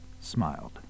smiled